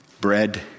Bread